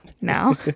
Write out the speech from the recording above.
now